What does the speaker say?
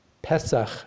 Pesach